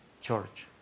church